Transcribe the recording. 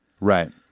Right